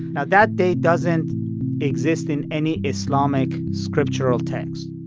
now, that date doesn't exist in any islamic scriptural text.